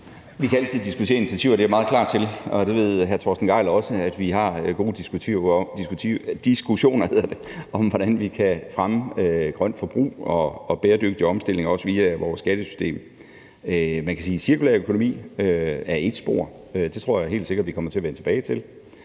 Vi kan altid diskutere initiativer, det er jeg meget klar til, og hr. Torsten Gejl ved også, at vi har gode diskussioner om, hvordan vi kan fremme grønt forbrug og bæredygtig omstilling, også via vores skattesystem. Man kan sige, at cirkulær økonomi er et spor. Det tror jeg helt sikkert vi kommer til at vende tilbage til.